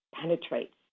penetrates